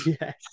yes